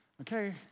Okay